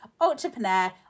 entrepreneur